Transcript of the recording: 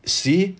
see